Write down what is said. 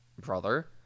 Brother